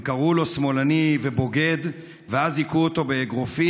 הם קראו לו שמאלני ובוגד, ואז הכו אותו באגרופים,